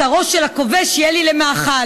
בשרו של הכובש יהיה לי למאכל.